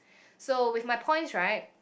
so with my points right